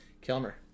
Kilmer